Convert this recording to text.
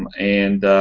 and